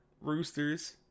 roosters